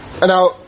Now